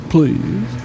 Please